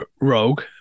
Rogue